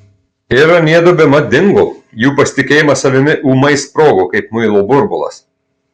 ir aniedu bemat dingo jų pasitikėjimas savimi ūmai sprogo kaip muilo burbulas